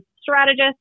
strategist